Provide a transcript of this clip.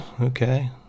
Okay